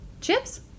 Chips